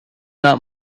not